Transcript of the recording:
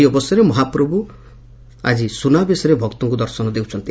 ଏହି ଅବସରରେ ମହାପ୍ରଭୁ ଆଜି ସୁନାବେଶରେ ଭକ୍ତଙ୍କୁ ଦର୍ଶନ ଦେଉଛନ୍ତି